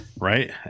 right